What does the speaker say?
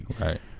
Right